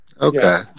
Okay